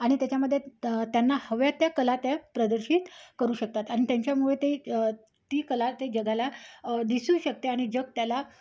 आणि त्याच्यामध्ये त्यांना हव्या त्या कला त्या प्रदर्शित करू शकतात आणि त्यांच्यामुळे ते ती कला ते जगाला दिसू शकते आणि जग त्याला